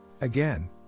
Again